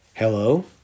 Hello